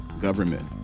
government